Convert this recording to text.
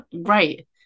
right